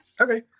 Okay